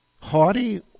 Haughty